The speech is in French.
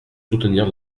soutenir